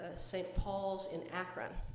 ah st. paul's in akron.